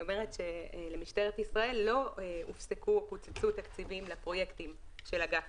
זאת אומרת שבמשטרת ישראל לא הופסקו או קוצצו תקציבים לפרויקטים של אגף